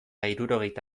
hirurogeita